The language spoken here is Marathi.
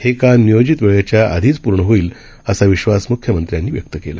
हे काम नियोजित वेळेच्या आधीच पूर्ण होईल असा विश्वास म्ख्यमंत्र्यांनी व्यक्त केला